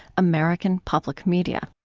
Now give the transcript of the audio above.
american public media